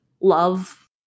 love